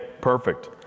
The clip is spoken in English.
perfect